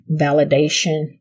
validation